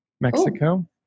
mexico